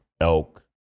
Elk